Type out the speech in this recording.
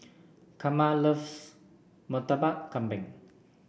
Karma loves Murtabak Kambing